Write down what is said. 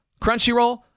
Crunchyroll